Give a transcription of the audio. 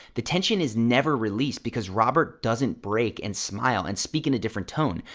the tension is never released, because robert doesn't break and smile and speak in a different tone.